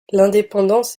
l’indépendance